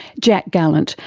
jack gallant,